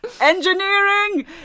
Engineering